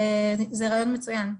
זה רעיון מצוין.